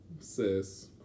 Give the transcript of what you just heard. sis